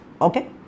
Okay